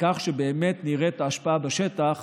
כך שבאמת נראה את ההשפעה בשטח